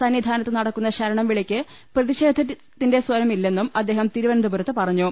സന്നിധാനത്ത് നടക്കുന്ന ശരണം വിളിക്ക് പ്രതിഷേധത്തിന്റെ സ്വരമില്ലെന്നും അദ്ദേഹം തിരുവന ന്തപുരത്ത് പറഞ്ഞു